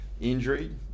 injury